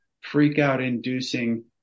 freak-out-inducing